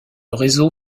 réseau